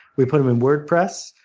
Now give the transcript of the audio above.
we put them in wordpress.